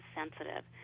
sensitive